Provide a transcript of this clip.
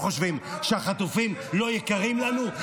מה אתם חושבים, שהחטופים לא יקרים לנו?